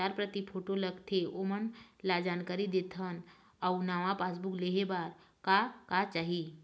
चार प्रति फोटो लगथे ओमन ला जानकारी देथन अऊ नावा पासबुक लेहे बार का का चाही?